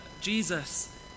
Jesus